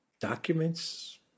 documents